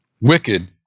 wicked